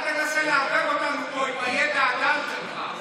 אל תנסה לערבב אותנו פה עם הידע הדל שלך.